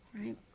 Right